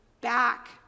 back